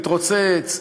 מתרוצץ,